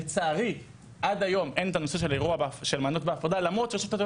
לצערי עד היום אין את הנושא של מעיינות בהפרדה למרות שרשות הטבע